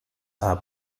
are